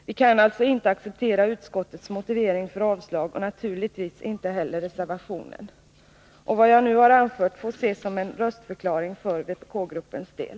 Vi kan alltså inte acceptera utskottets motivering för avslag och naturligtvis inte heller reservationen. Vad jag nu anfört får ses som en röstförklaring för vpk-gruppens del.